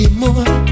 more